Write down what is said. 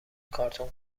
کارتون